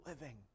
living